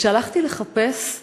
כשהלכתי לחפש,